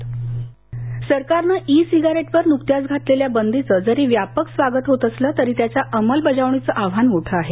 E cigarette बंदी सरकारनं e सिगारेटवर नुकत्याच घातलेल्या आलेल्या बंदीचं जरी व्यापक स्वागत होत असलं तरी त्याच्या अंमलबजावणीचं आव्हान मोठं आहे